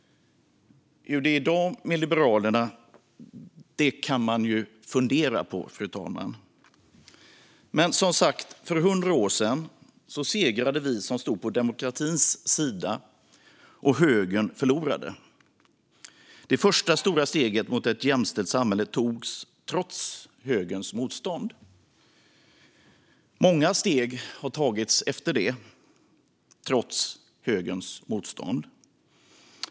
Hur det är i dag med Liberalerna kan man fundera på, fru talman. Men för 100 år sedan segrade vi som stod på demokratins sida, och högern förlorade. Det första stora steget mot ett jämställt samhälle togs trots högerns motstånd. Många steg har tagits efter det, trots högerns motstånd.